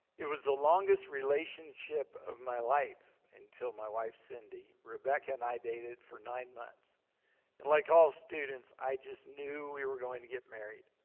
it was the longest relationship of my life until my wife cindy. rebecca and i dated for nine months and like all students i just knew we were going to get married,